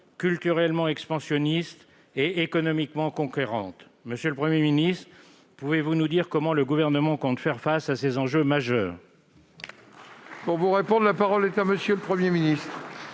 culturellement expansionniste et économiquement conquérante. Monsieur le Premier ministre, pouvez-vous nous dire comment le Gouvernement compte faire face à ces enjeux majeurs ? La parole est à M. le Premier ministre.